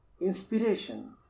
inspiration